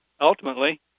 ultimately